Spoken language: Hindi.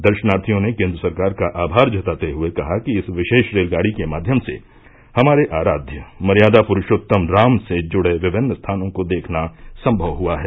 दर्शनार्थियों ने केन्द्र सरकार का आभार जताते हुए कहा कि इस विशेष रेलगाड़ी के माध्यम से हमारे आराध्य मर्यादा पुरूषोत्तम राम से जुड़े विभिन्न स्थानों को देखना संभव हुआ है